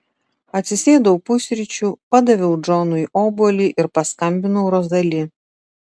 atsisėdau pusryčių padaviau džonui obuolį ir paskambinau rozali